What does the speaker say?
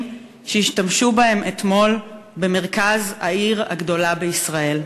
שהשתמשו בהם אתמול במרכז העיר הגדולה בישראל.